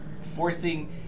forcing